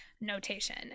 notation